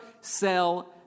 sell